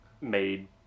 made